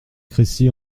crécy